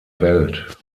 welt